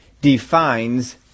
defines